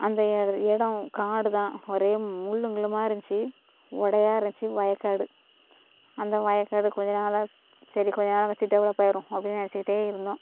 அந்த இட இடம் காடு தான் ஒரே முள்ளும் கிள்ளுமாக இருந்துச்சு ஒடையாக இருந்துச்சு வய காடு அந்த வய காடு கொஞ்ச நாளாக சரி கொஞ்ச நாள் கழித்து டெவெலப் ஆகிடும் அப்படினு நினைச்சிக்கிட்டே இருந்தோம்